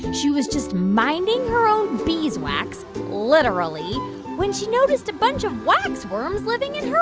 she was just minding her own beeswax literally when she noticed a bunch of wax worms living in